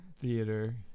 Theater